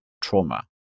trauma